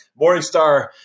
Morningstar